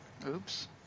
Oops